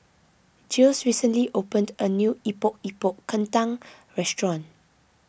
Jiles recently opened a new Epok Epok Kentang restaurant